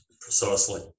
precisely